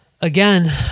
again